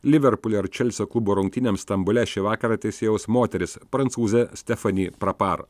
liverpulio ir chelsea klubo rungtynėms stambule šį vakarą teisėjaus moteris prancūzė stefani prapar